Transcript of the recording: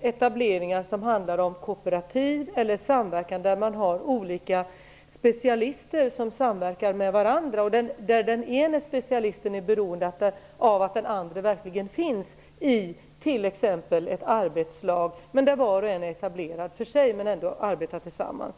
etableringar som handlar om kooperativ eller samverkan mellan olika specialister där den ena specialisten är beroende av att den andre verkligen finns. Det kan t.ex. vara ett arbetslag där var och en är etablerad för sig, men ändå arbetar tillsammans.